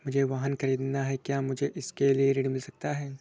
मुझे वाहन ख़रीदना है क्या मुझे इसके लिए ऋण मिल सकता है?